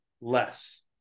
less